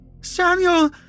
Samuel